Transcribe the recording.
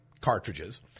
cartridges